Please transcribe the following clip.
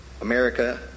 America